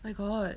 I got